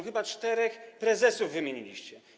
Chyba czterech prezesów wymieniliście.